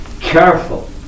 careful